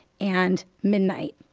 and midnight.